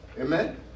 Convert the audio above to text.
Amen